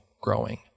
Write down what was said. growing